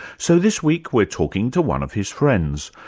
so this week we're talking to one of his friends,